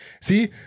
See